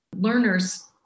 learners